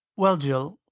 well, jill,